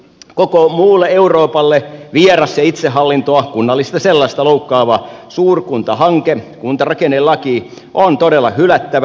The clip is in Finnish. koko muulle euroopalle vieras ja itsehallintoa kunnallista sellaista loukkaava suurkuntahanke kuntarakennelaki on todella hylättävä